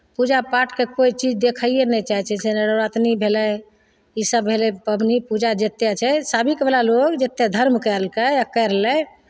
पूजा पाठके कोइ चीज देखैए नहि चाहै छै जेना नवरात्रि भेलै इसभ भेलै पाबनि पूजा जतेक छै साबिकवला लोक जतेक धरम केलकै या करलै